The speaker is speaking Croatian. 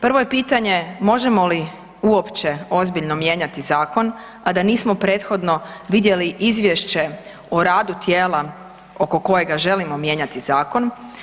Prvo je pitanje možemo li uopće ozbiljno mijenjati zakon, a da nismo prethodno vidjeli izvješće o radu tijela oko kojega želimo mijenjati zakon?